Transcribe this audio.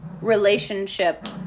relationship